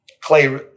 Clay